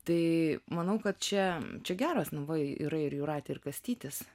tai manau kad čia čia geras nu va yra ir jūratė ir kastytis